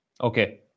Okay